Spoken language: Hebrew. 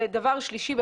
שלישית.